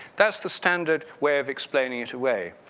that's the standard way of explaining it away,